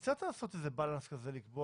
לשנת כספים מסוימת לבין הצורך של זכאי להנחה